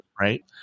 right